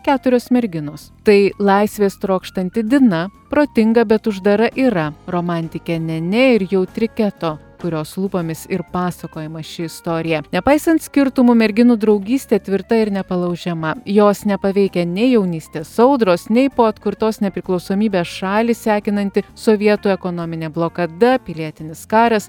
keturios merginos tai laisvės trokštanti dina protinga bet uždara ira romantikė nenė ir jautri keto kurios lūpomis ir pasakojama ši istorija nepaisant skirtumų merginų draugystė tvirta ir nepalaužiama jos nepaveikia nei jaunystės audros nei po atkurtos nepriklausomybės šalį sekinanti sovietų ekonominė blokada pilietinis karas